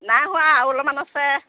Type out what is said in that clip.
নাই হোৱা আৰু অলপমান আছে